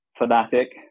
Fanatic